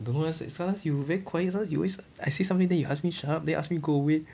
don't know leh s~ sometimes you very quiet sometimes you always I say something then you ask me shut up then you ask me go away